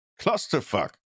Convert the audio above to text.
clusterfuck